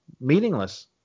Meaningless